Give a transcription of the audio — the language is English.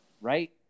right